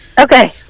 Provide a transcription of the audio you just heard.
Okay